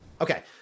Okay